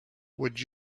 would